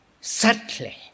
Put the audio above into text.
subtly